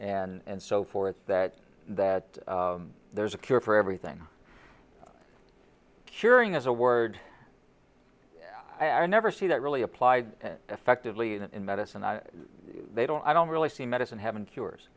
and so forth that that there's a cure for everything curing is a word i never see that really applied affectively in medicine they don't i don't really see medicine having cures